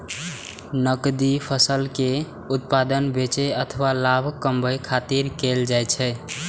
नकदी फसल के उत्पादन बेचै अथवा लाभ कमबै खातिर कैल जाइ छै